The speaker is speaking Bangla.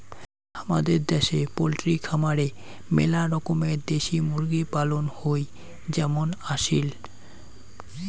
হামাদের দ্যাশে পোলট্রি খামারে মেলা রকমের দেশি মুরগি পালন হই যেমন আসিল